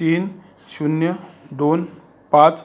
तीन शून्य दोन पाच